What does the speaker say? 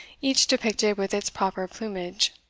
each depicted with its proper plumage.